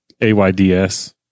A-Y-D-S